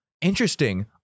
Interesting